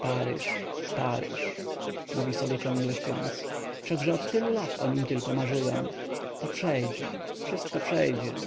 paryż paryż mówi sobie ciągle śpiąc wszakże od tylu lat o nim tylko marzyłem to przejdzie wszystko przejdzie